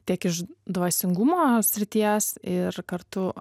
tiek iš dvasingumo srities ir kartu